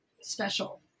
special